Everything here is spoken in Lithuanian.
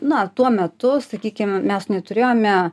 na tuo metu sakykim mes neturėjome